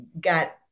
got